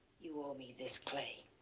you owe me this, clay.